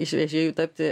iš vežėjų tapti